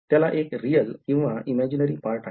त्याला एक real किंवा imaginary पार्ट आहेत